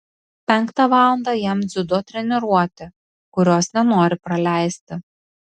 penktą valandą jam dziudo treniruotė kurios nenori praleisti